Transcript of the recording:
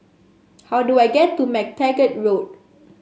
how do I get to MacTaggart Road